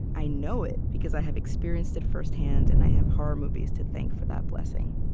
i know it because i have experienced it firsthand, and i have horror movies to thank for that blessing.